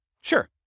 Sure